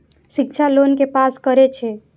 शिक्षा लोन के पास करें छै?